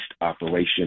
operation